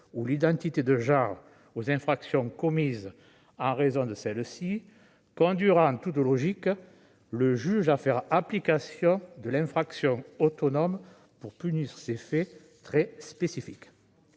ou l'identité de genre aux infractions commises en raison de celles-ci conduira en toute logique le juge à faire application de l'infraction autonome pour punir ces faits très spécifiques.